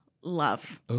Love